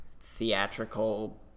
theatrical